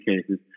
cases